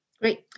Great